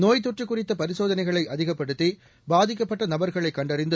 நோய்த் தொற்று குறித்த பரிசோதனைகளை அதிகப்படுத்தி பாதிக்கப்பட்ட நபர்களைக் கண்டறிந்து